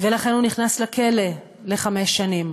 ולכן הוא נכנס לכלא לחמש שנים.